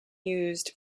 used